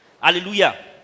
Hallelujah